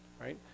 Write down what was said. right